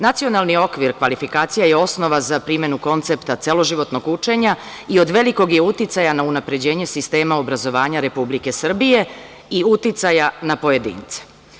NOKS je osnova za primenu koncepta celoživotnog učenja i od velikog je uticaja na unapređenje sistema obrazovanja Republike Srbije i uticaja na pojedince.